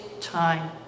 time